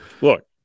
Look